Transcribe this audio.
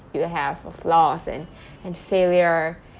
you have of flaws and and failure